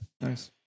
nice